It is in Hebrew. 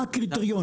מה הקריטריון?